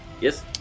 Yes